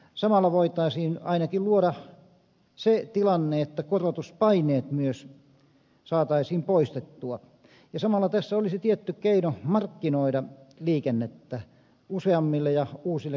samalla voitaisiin ainakin luoda se tilanne että korotuspaineet myös saataisiin poistettua ja samalla tässä olisi tietty keino markkinoida liikennettä useammille ja uusille käyttäjille